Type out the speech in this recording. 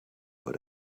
but